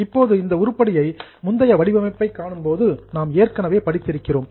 இப்போது இந்த உருப்படியை முந்தைய வடிவமைப்பை காணும்போது நாம் ஏற்கனவே பார்த்திருக்கிறோம்